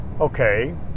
Okay